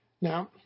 now